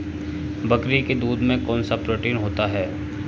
बकरी के दूध में कौनसा प्रोटीन होता है?